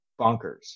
bonkers